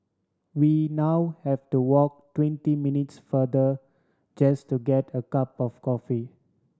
we now have to walk twenty minutes farther just to get a cup of coffee